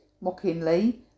mockingly